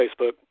Facebook